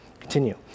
Continue